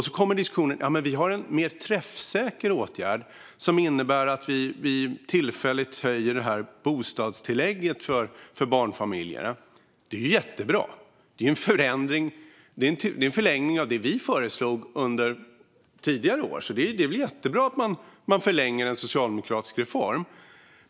Då kommer diskussionen om att man har en mer träffsäker åtgärd som innebär att man tillfälligt höjer bostadstillägget för barnfamiljerna. Det är jättebra. Det är en förlängning av det som vi föreslog tidigare år. Det är väl jättebra att man förlänger en socialdemokratisk reform.